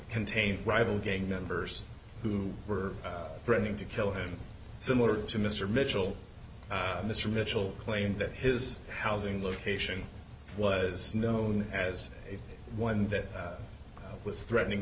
contain rival gang members who were threatening to kill him similar to mr mitchell mr mitchell claimed that his housing location was known as one that was threatening